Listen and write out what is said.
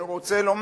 אני רוצה לומר,